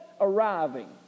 arriving